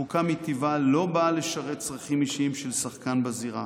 חוקה מטבעה לא באה לשרת צרכים אישיים של שחקן בזירה,